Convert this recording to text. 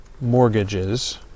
mortgages